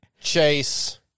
Chase